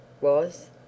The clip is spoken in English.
was